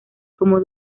como